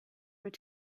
were